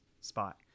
spot